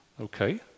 Okay